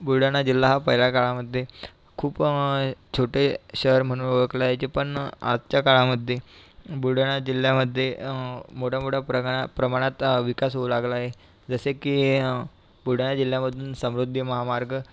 बुलढाणा जिल्हा हा पहिल्या काळामध्ये खूप छोटे शहर म्हणून ओळखल्यायचे पण आजच्या काळामध्ये बुलढाणा जिल्ह्यामध्ये मोठ्यामोठ्या प्रकार प्रमाणात विकास होऊ लागला आहे जसे की बुलढाणा जिल्ह्यामधून समृद्धी महामार्ग